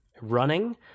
running